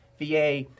VA